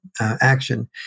action